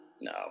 No